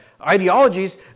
ideologies